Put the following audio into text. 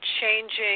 changing